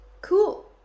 Cool